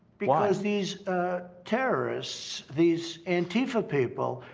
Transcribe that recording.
because these terrorists, these antifa people,